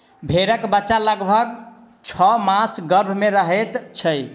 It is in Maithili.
भेंड़क बच्चा लगभग छौ मास गर्भ मे रहैत छै